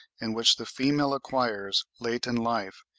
in which the female acquires, late in life,